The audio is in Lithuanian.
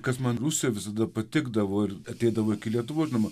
kad man rusijoj visada patikdavo ir ateidavo į lietuvos žinoma